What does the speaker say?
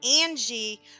Angie